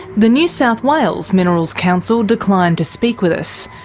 the new south wales minerals council declined to speak with us,